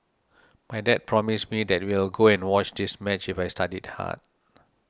my dad promised me that we will go and watch this match if I studied hard